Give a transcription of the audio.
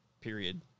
period